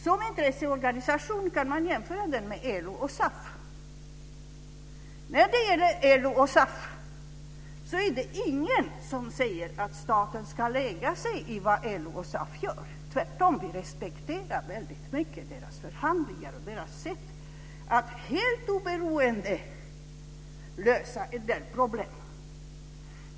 Som intresseorganisation kan man jämföra den med LO och SAF. Det är ingen som säger att staten ska lägga sig i vad LO och SAF gör. Vi respekterar tvärtom deras förhandlingar och deras sätt att helt oberoende lösa sina problem.